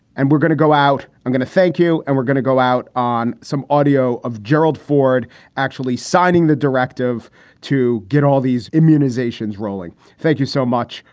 and we're going to go out. i'm going to thank you. and we're going to go out on some audio of gerald ford actually signing the directive to get all these immunizations rolling. thank you so much,